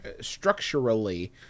structurally